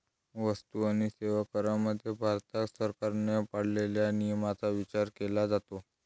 वस्तू आणि सेवा करामध्ये भारत सरकारने पाळलेल्या नियमांचा विचार केला जातो